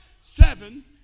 seven